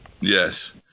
Yes